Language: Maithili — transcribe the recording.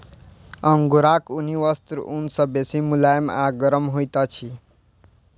अंगोराक ऊनी वस्त्र ऊन सॅ बेसी मुलैम आ गरम होइत अछि